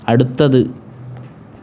അടുത്തത്